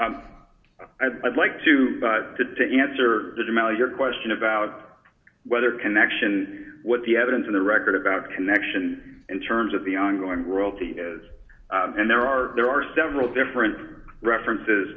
here i'd like to but to answer your question about whether connection what the evidence in the record about the connection in terms of the ongoing royalty is and there are there are several different references